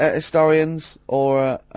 ah historians, or,